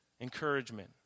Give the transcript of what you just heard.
encouragement